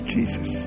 Jesus